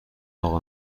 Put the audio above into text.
اقا